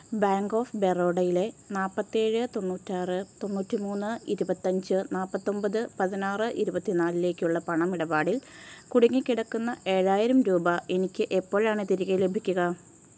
bank of ബെറോഡയിലെ നാൽപ്പത്തേഴ് തൊണ്ണൂറ്റാറ് തൊണ്ണൂറ്റി മൂന്ന് ഇരുപത്തഞ്ച് നാൽപ്പത്തൊമ്പത് പതിനാറ് ഇരുപത്തിനാലിലേക്കുള്ള പണം ഇടപാടിൽ കുടുങ്ങിക്കിടക്കുന്ന ഏഴായിരം രൂപ എനിക്ക് എപ്പോഴാണ് തിരികെ ലഭിക്കുക